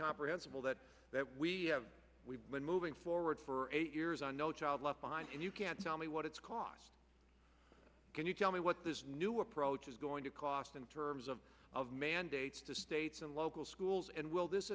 comprehensible that that we have we've been moving forward for eight years on no child left behind and you can't tell me what it's cost can you tell me what this new approach is going to cost in terms of of mandates to states and local schools and will this